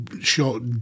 short